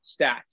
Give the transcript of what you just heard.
stats